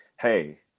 hey